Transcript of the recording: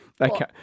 Okay